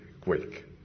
quick